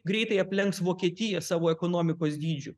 greitai aplenks vokietiją savo ekonomikos dydžiu